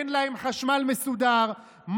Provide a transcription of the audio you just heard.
אין להם חשמל מסודר,